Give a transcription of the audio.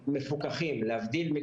פרטיים.